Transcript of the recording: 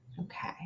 Okay